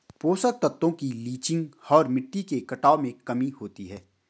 पोषक तत्वों की लीचिंग और मिट्टी के कटाव में कमी होती है